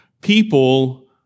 people